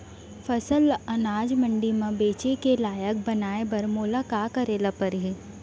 फसल ल अनाज मंडी म बेचे के लायक बनाय बर मोला का करे ल परही?